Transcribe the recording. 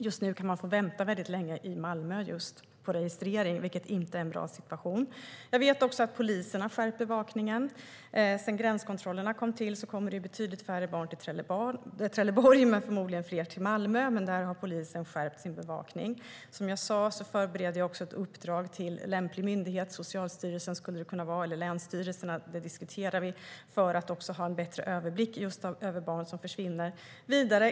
Just nu får barnen vänta länge i Malmö för att registreras, vilket inte är en bra situation. Jag vet också att polisen har skärpt bevakningen. Sedan gränskontrollerna sattes in kommer betydligt färre barn till Trelleborg men förmodligen fler till Malmö. Där har polisen skärpt bevakningen. Som jag sa förbereder jag ett uppdrag till lämplig myndighet - Socialstyrelsen eller länsstyrelserna; det diskuteras - för att få en bättre överblick över barn som försvinner.